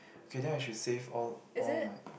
okay then I should save all all my